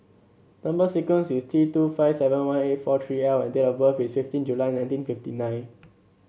number sequence is T two five seven one eight four three L and date of birth is fifteen July nineteen fifty nine